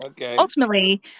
ultimately